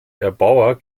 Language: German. erbauer